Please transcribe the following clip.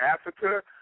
Africa –